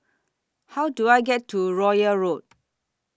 How Do I get to Royal Road